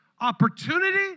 opportunity